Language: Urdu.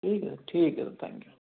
ٹھیک ہے ٹھیک ہے تھینک یو